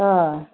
अ